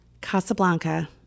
Casablanca